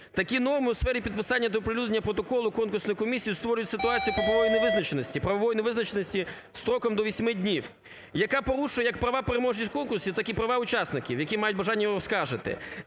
Такі норми у сфері підписання та оприлюднення протоколу конкурсної комісії створюють ситуацію правової невизначеності, правової невизначеності строком до 8 днів, яка порушує як права переможців конкурсів, так і права учасників, які мають бажання його оскаржити.